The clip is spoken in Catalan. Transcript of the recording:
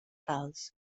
calç